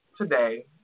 today